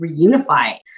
reunify